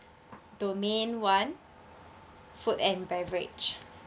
domain one food and beverage